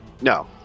No